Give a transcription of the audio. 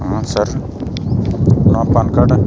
ᱦᱮᱸ ᱥᱟᱨ ᱱᱚᱣᱟ PAN card